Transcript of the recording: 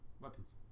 weapons